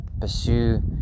pursue